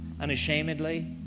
unashamedly